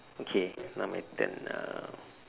okay now my turn uh